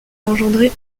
engendré